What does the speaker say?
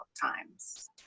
times